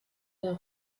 der